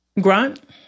Grant